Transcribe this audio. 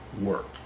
work